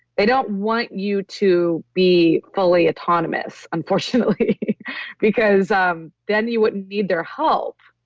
they don't want you to be fully autonomous unfortunately because um then you wouldn't need their help,